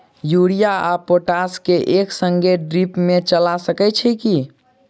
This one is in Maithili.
यूरिया आ पोटाश केँ एक संगे ड्रिप मे चला सकैत छी की?